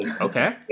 Okay